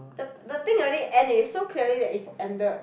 the the thing already end is so clearly that is ended